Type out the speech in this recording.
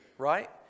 Right